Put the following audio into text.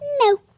No